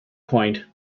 point